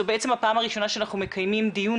זו בעצם הפעם הראשונה שאנחנו מקיימים דיון